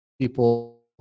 people